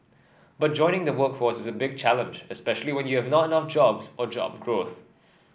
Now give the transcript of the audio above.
but joining the workforce is a big challenge especially when you have not enough jobs or job growth